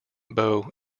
bow